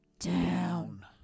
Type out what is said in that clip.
down